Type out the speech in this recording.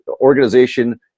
organization